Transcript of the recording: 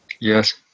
Yes